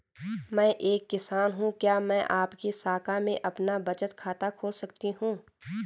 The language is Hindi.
मैं एक किसान हूँ क्या मैं आपकी शाखा में अपना बचत खाता खोल सकती हूँ?